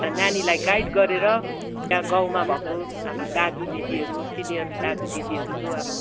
नानीलाई गाइड गरेर त्यहाँ गाउँमा भएको अब दाजु दिदीहरू सिनियर दाजु दिदीहरू जो अब